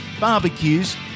barbecues